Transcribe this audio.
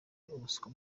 ubuswa